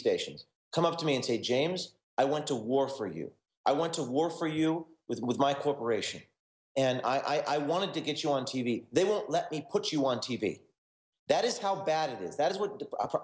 stations come up to me and say james i went to war for you i went to war for you with my corporation and i wanted to get you on t v they won't let me put you on t v that is how bad it is that is what